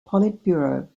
politburo